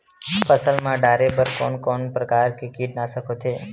फसल मा डारेबर कोन कौन प्रकार के कीटनाशक होथे?